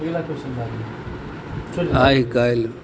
आइ काल्हि